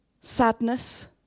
Sadness